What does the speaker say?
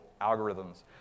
algorithms